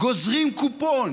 גוזרים קופון